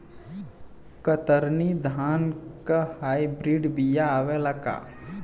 कतरनी धान क high breed बिया आवेला का?